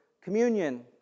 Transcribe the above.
communion